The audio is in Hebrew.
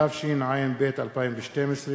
התשע"ב 2012,